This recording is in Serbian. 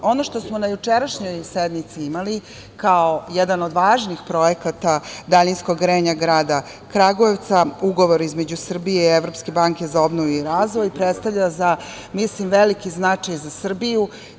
Ono što smo na jučerašnjoj sednici imali, kao jedan od važnih projekata daljinskog grejanja grada Kragujevca - Ugovor između Srbije i Evropske banke za obnovu i razvoj, predstavlja veliki značaj za Srbiju.